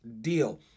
deal